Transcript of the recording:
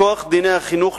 מכוח דיני החינוך,